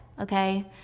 okay